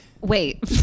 wait